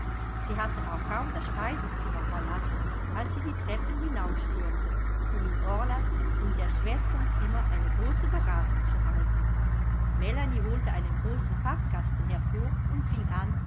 sie hatten auch kaum das speisezimmer verlassen als sie die treppen hinaufstürmten um in orlas und der schwestern zimmer eine große beratung zu halten melanie holte einen großen pappkasten hervor und fing an